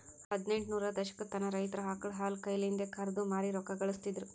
ಹದಿನೆಂಟ ನೂರರ ದಶಕತನ ರೈತರ್ ಆಕಳ್ ಹಾಲ್ ಕೈಲಿಂದೆ ಕರ್ದು ಮಾರಿ ರೊಕ್ಕಾ ಘಳಸ್ತಿದ್ರು